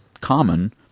common